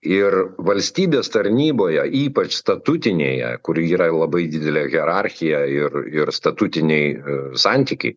ir valstybės tarnyboje ypač statutinėje kur yra labai didelė hierarchija ir ir statutiniai santykiai